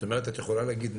זאת אומרת את יכולה להגיד,